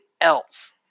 else